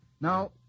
Now